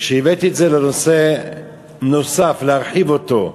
וכשהבאתי את זה כנושא נוסף, להרחיב אותו,